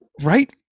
right